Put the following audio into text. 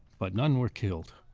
but none were killed.